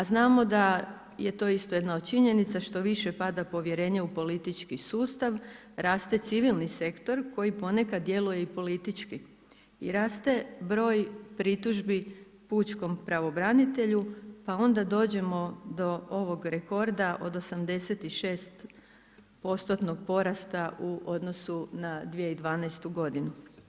A znamo da je to isto jedna od činjenica, što više pada povjerenje u politički sustav, raste civilni sektor koji ponekad djeluje i politički i raste broj pritužbi pučkom pravobranitelju pa onda dođemo do ovog rekorda od 86% porasta u odnosu na 2012. godinu.